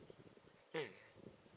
mm